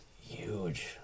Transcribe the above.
huge